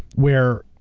where